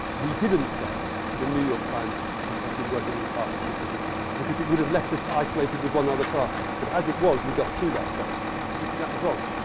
we didn't say the new york times have been working in partnership with us because it would have left us isolated with one other party. but as it was, we got through that phase. do you think that was wrong?